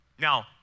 Now